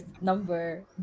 number